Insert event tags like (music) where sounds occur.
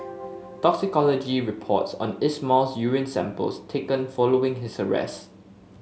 (unintelligible) toxicology reports on Ismail's urine samples taken following his arrest